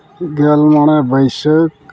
ᱜᱮᱞ ᱢᱚᱬᱮ ᱵᱟᱹᱭᱥᱟᱹᱠᱷ